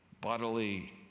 bodily